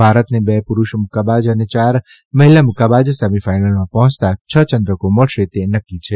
ભારતને બે પુરૂષ મુક્કાબાજ અને ચાર મહિલા મુક્કાબાજ સેમીફાઇનલમાં પહોંચતાં છ ચંદ્રકો મળશે તે નક્કી છે